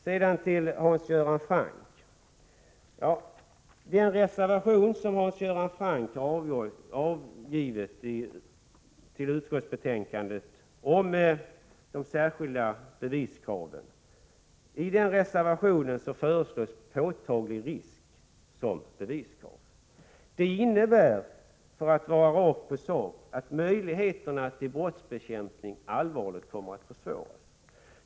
Sedan till Hans Göran Franck: I den reservation som Hans Göran Franck har avgivit till utskottsbetänkandet om de särskilda beviskraven föreslås ”påtaglig risk” som beviskrav. Det innebär, för att gå rakt på sak, att möjligheterna till brottsbekämpning allvarligt kommer att försvåras.